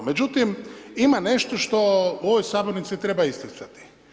Međutim, ima nešto što u ovoj sabornici treba isticati.